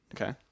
Okay